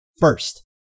First